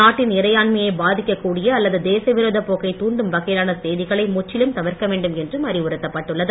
நாட்டின் இறையாண்மையை பாதிக்கக் கூடிய அல்லது தேசவிரோதப் போக்கை தூண்டும் வகையிலான செய்திகளை முற்றிலும் தவிர்க்கவேண்டும் என்றும் அறிவுறுத்தப் பட்டுள்ளது